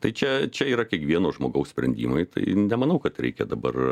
tai čia čia yra kiekvieno žmogaus sprendimai tai nemanau kad reikia dabar